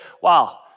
wow